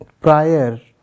prior